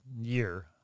year